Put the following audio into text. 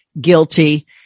guilty